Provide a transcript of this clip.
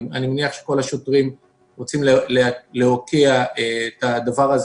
אני מניח שכל השוטרים רוצים להוקיע את הדבר הזה